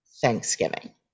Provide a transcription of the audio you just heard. Thanksgiving